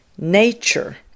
nature